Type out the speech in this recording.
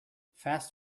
fast